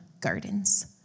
gardens